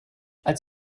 als